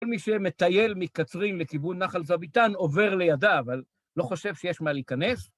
כל מי שמטייל מקצרין לכיוון נחל זוויתן עובר לידיו, לא חושב שיש מה להיכנס?